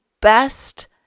best